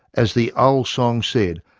as the old song said,